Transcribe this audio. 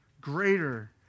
greater